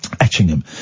Etchingham